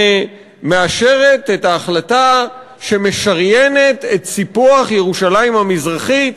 ומאשרת את ההחלטה שמשריינת את סיפוח ירושלים המזרחית